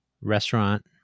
restaurant